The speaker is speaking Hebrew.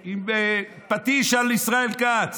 בפטיש על ישראל כץ: